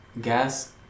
Gas